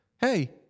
Hey